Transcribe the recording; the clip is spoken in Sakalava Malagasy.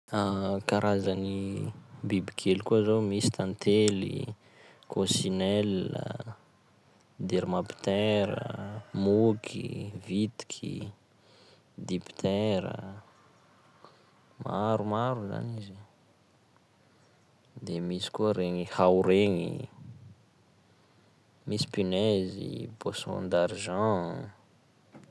Karazan'ny bibikely koa zao: misy tantely, cocinelle a, dermaptère a, moky, vitiky, diptère a, maromaro zany izy e; de misy koa regny hao regny, misy punaise i, poisson d'argent.